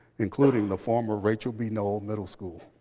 including the former rachel b. noel middle school.